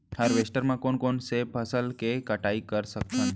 Harvester म कोन कोन से फसल के कटाई कर सकथन?